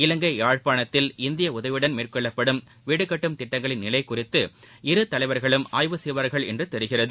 இவங்கை யாழ்பானத்தில் இந்திய உதவியுடன் மேற்கொள்ளப்படும் வீடுகட்டும் திட்டங்களின் நிலை குறித்து இரு தலைவா்களும் ஆய்வு செய்வாா்கள் என்று தெரிகிறது